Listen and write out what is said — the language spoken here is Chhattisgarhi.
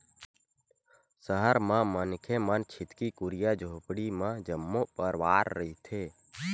सहर म मनखे मन छितकी कुरिया झोपड़ी म जम्मो परवार रहिथे